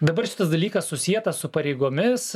dabar šitas dalykas susietas su pareigomis